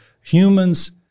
humans